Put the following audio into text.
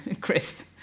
Chris